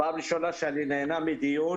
פעם ראשונה שאני נהנה מדיון